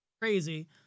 crazy